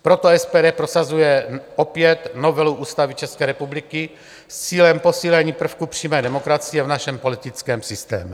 Proto SPD prosazuje opět novelu Ústavy České republiky s cílem posílení prvků přímé demokracie v našem politickém systému.